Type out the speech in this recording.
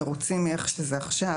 מרוצים מאיך שזה עכשיו,